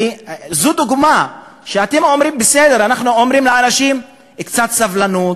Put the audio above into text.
זו דוגמה שאתם אומרים: בסדר, קצת סבלנות.